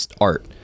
art